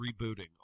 rebooting